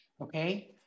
Okay